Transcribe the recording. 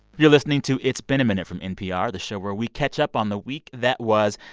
you're listening to it's been a minute from npr, the show where we catch up on the week that was.